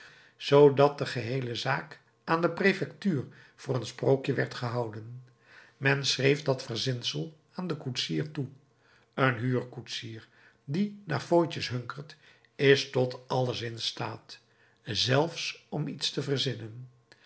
zoodat de geheele zaak aan de prefectuur voor een sprookje werd gehouden men schreef dat verzinsel aan den koetsier toe een huurkoetsier die naar fooitjes hunkert is tot alles in staat zelfs om iets te verzinnen